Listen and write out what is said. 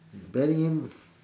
bearing in